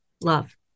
love